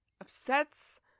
upsets